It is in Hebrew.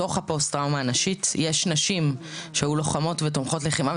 בתוך הפוסט טראומה הנשית יש נשים שהיו לוחמות ותומכות לחימה,